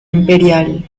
imperial